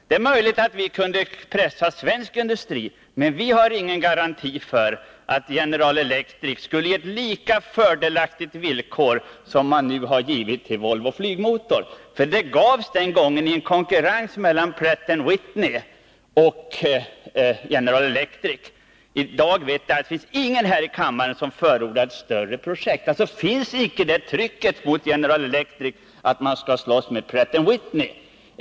Det är möjligt att vi kan pressa svensk industri, men vi har ingen garanti för att General Electric ger lika fördelaktiga villkor som man nu har givit Volvo Flygmotor. För det anbudet gavs i konkurrens med Pratt & Whitney. I dag är det ingen i kammaren som förordar ett större projekt. Alltså finns det inte längre det trycket på General Electric att företaget skall slåss med Pratt & Whitney.